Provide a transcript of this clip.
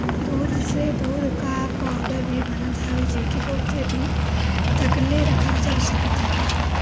दूध से दूध कअ पाउडर भी बनत हवे जेके बहुते दिन तकले रखल जा सकत हवे